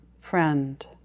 Friend